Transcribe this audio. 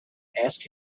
asked